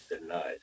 denied